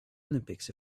olympics